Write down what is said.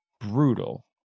brutal